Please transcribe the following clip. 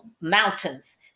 mountains